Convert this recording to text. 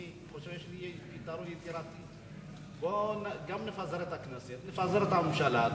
אני חושב שיש לי פתרון יצירתי: בואו ונפזר את הכנסת ונפזר את הממשלה,